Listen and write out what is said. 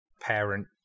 parent